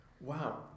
Wow